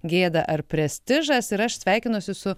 gėda ar prestižas ir aš sveikinuosi su